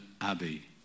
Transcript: Abbey